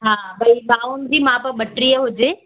हा भई बाउनि जी माप बटीह हुजे